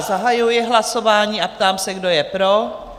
Zahajuji hlasování a ptám se, kdo je pro?